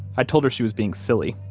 i told her she was being silly,